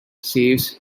saves